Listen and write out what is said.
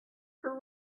her